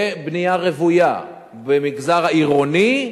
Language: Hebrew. בבנייה רוויה במגזר העירוני,